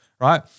Right